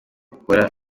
ukora